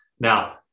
Now